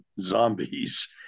zombies